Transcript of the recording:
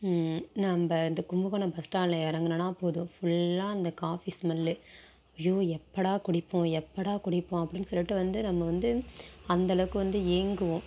நம்ம இந்த கும்பகோணம் பஸ் ஸ்டாண்ட்டில் இறங்குனோம்னா போதும் ஃபுல்லா அந்த காஃபி ஸ்மெல்லு ஐயோ எப்போடா குடிப்போம் எப்போடா குடிப்போம் அப்படின்னு சொல்லிட்டு வந்து நம்ம வந்து அந்த அளவுக்கு வந்து ஏங்குவோம்